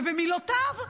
ובמילותיו,